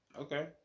Okay